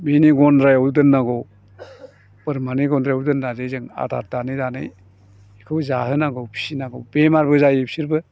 बिनि गन्द्रायाव दोननांगौ बोरमानि गन्द्रायाव दोननानै जों आदार दानहैनानै बेखौ जाहोनांगौ फिसिनांगौ बेमारबो जायो बिसोरबो